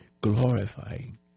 glorifying